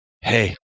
hey